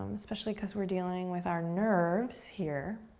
especially cause we're dealing with our nerves here.